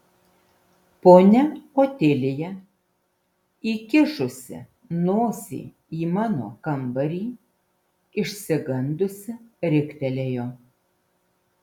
ponia otilija įkišusi nosį į mano kambarį išsigandusi riktelėjo